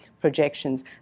projections